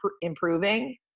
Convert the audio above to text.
improving